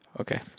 okay